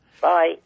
Bye